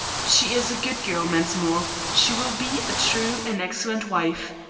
she is a good girl, mensmore. she will be a true and excellent wife.